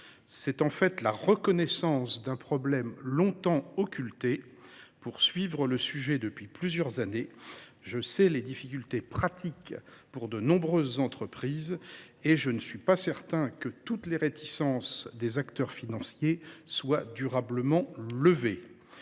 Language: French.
C’est la reconnaissance d’un problème longtemps occulté. Pour suivre le sujet depuis plusieurs années, je connais les difficultés pratiques rencontrées par de nombreuses entreprises et je ne suis pas certain que toutes les réticences des acteurs financiers soient durablement levées.